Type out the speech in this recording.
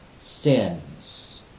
sins